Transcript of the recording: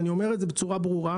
ואני אומר את זה בצורה ברורה,